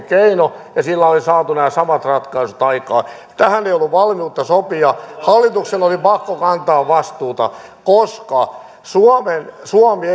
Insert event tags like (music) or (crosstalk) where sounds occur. (unintelligible) keino ja sillä olisi saatu nämä samat ratkaisut aikaan tästä ei ollut valmiutta sopia hallituksen oli pakko kantaa vastuuta koska suomi (unintelligible)